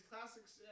classics